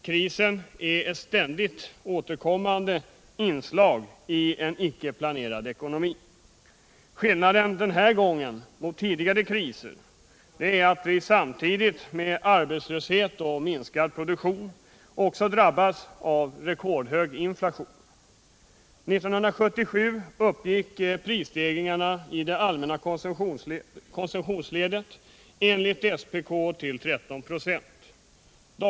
Den är ett ständigt återkommande inslag i en icke planerad ekonomi. Skillnaden mellan denna och tidigare kriser är att vi samtidigt med arbetslöshet och minskad produktion drabbas av en rekordhög inflation. 1977 uppgick prisstegringarna i det allmänna konsumentledet enligt SPK till 13 96.